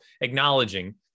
acknowledging